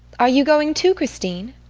are you going too, christine?